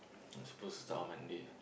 I'm supposed to start on Monday